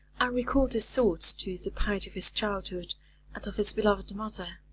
i recalled his thoughts to the piety of his childhood and of his beloved mother.